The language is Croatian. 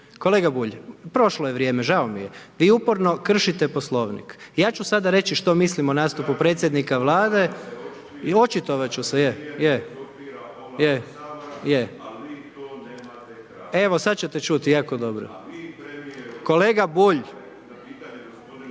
Kolega Bulj, prošlo je vrijeme žao mi je, vi uporno kršite Poslovnik, ja ću sada reći, što mislim o predsjedniku Vlade. …/Upadica se ne čuje./… Očitovati ću se, je, je. Evo sada ćete čuti jako dobro. Kolega Bulj,